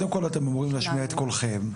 אתם אמורים להשמיע את קולכם,